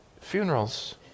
funerals